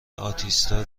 آتئیستا